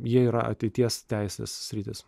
jie yra ateities teisės sritis